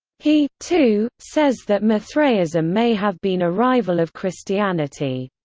he, too, says that mithraism may have been a rival of christianity.